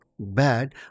Bad